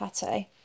pate